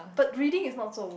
but reading is not so worse